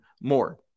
more